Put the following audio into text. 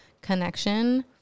connection